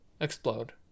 explode